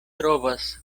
trovas